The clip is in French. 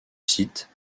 site